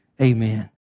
Amen